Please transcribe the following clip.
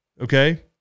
okay